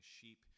sheep